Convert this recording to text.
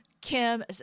Kim